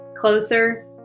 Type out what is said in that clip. closer